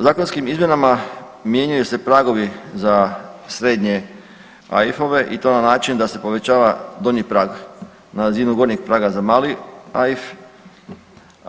Zakonskim izmjenama mijenjaju se pragovi za srednje AIF-ove i to na način da se povećava donji prag na razinu gornjeg praga za mali AIF,